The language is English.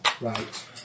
Right